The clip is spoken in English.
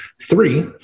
three